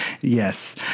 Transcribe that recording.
Yes